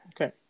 Okay